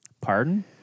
Pardon